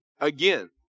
Again